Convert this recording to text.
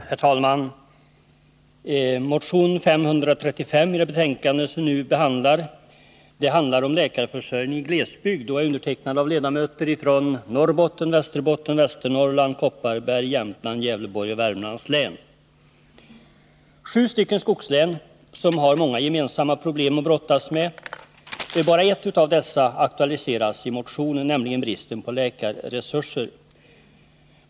Herr talman! Motion 535 om läkarförsörjningen i glesbygd, som behandlas i det föreliggande betänkandet, är undertecknad av ledamöter från Norrbottens, Västerbottens, Västernorrlands, Kopparbergs, Jämtlands, Gävleborgs och Värmlands län. Det är sju skogslän som har många gemensamma problem att brottas med. Bara ett av dessa aktualiseras i motionen, nämligen bristen på läkarresurser.